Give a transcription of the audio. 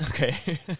okay